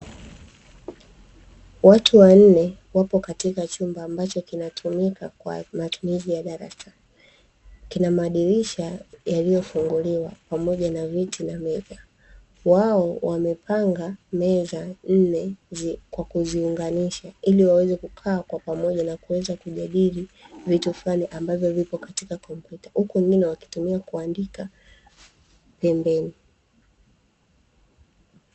Watu wanne wapo katika chumba ambacho kinatumika kwa matumizi ya darasani kina madirisha yaliyofunguliwa pamoja na viti na meza wao wamepanga meza nne kwa kuziunganisha ili waweze kukaa kwa pamoja na kuweza kujadili vitu fulani ambavyo viko katika kompyuta huku wengine wakitumia kuandika pembeni.